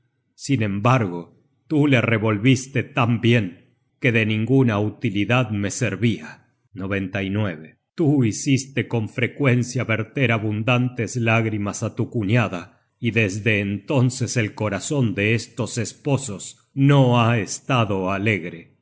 sin embargo tú le revolviste tan bien que de ninguna utilidad me servia tú hiciste con frecuencia verter abundantes lágrimas á tu cuñada y desde entonces el corazon de estos esposos no ha estado alegre